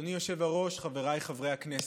אדוני היושב-ראש, חבריי חברי הכנסת,